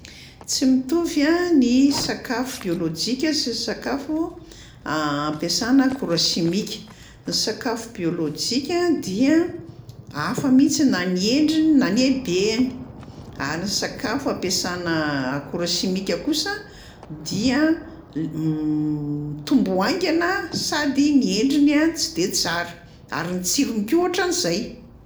Tsy mitovy a ny sakafo biôlôjika sy ny sakafo ampiasana akora simika; ny sakafo biôlôjika dia hafa mihitsy na ny endriny na ny habeany, ary ny sakafo ampiasana akora simika kosa dia mitombo haingana sady ny endriny a tsy de tsara ary ny tsirony koa ohatran'izay.